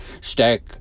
Stack